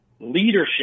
leadership